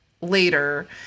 later